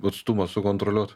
atstumą sukontroliuot